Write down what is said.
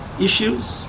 issues